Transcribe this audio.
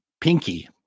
Pinky